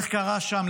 איך קרה שם,